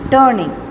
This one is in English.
Turning